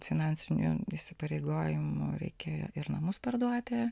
finansinių įsipareigojimų reikėjo ir namus parduoti